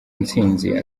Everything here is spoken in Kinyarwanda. ntsinzi